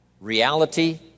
reality